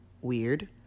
Weird